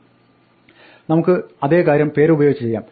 നമുക്ക് അതേ കാര്യം പേരുപയോഗിച്ച് ചെയ്യാം